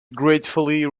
gratefully